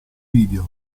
video